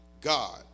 God